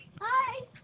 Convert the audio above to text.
Hi